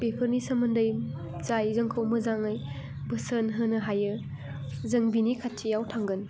बेफोरनि सोमोन्दै जाय जोंखौ मोजाङै बोसोन होनो हायो जों बिनि खाथियाव थांगोन